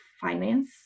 finance